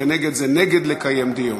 ונגד זה נגד לקיים דיון.